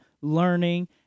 learning